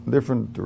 Different